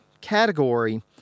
category